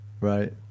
Right